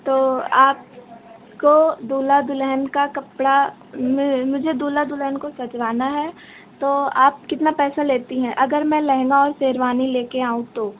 तो आप को दूल्हा दुल्हन का कपड़ा मुझे दूल्हा दुल्हन को सजवाना है तो आप कितना पैसा लेती हैं अगर मैं लहँगा और शेरवानी लेकर आऊँ तो